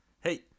Hey